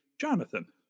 Jonathan